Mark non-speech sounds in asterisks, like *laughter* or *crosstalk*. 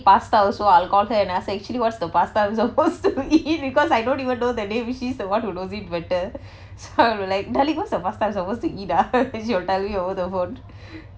pasta also I'll call her and ask her actually what's the pasta I'm supposed to eat because I don't even know the name she's the one who knows it better so I'm like darling what's the pasta I'm supposed to eat ah *laughs* she will tell me over the phone